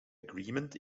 agreement